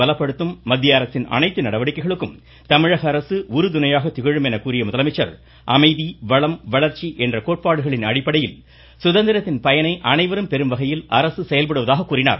பலப்படுத்தும் மத்திய நாட்டின் பாதுகாப்பை நடவடிக்கைகளுக்கும் தமிழக அரசு உறுதுணையாக திகழும் எனக் முதலமைச்சர் அமைதி வளம் வளர்ச்சி என்ற கோட்பாடுகளின் அடிப்படையில் சுதந்திரத்தின் பயனை அனைவரும் பெறும் வகையில் அரசு செயல்படுவதாக கூறினார்